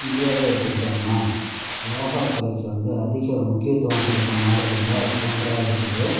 இந்தியாவை எடுத்துக்கிட்டோம்னால் யோகா கலைக்கு வந்து அதிக முக்கியத்துவம் கொடுக்கும் நாடுகளில் ஒன்றாக இருக்குது